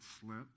slip